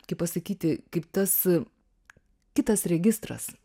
kaip pasakyti kaip tas kitas registras